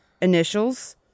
Initials